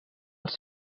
els